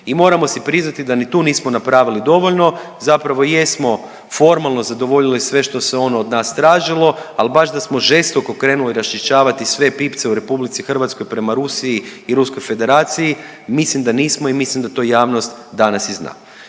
I moramo si priznati da ni tu nismo napravili dovoljno, zapravo jesmo formalno zadovoljili sve što se ono od nas tražilo, al baš da smo žestoko krenuli raščišćavati sve pipce u RH prema Rusiji i Ruskoj Federaciji mislim da nismo i mislim da to javnost danas i zna.